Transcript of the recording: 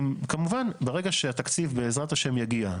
כמובן שברגע שהתקציב בעזרת השם יגיע,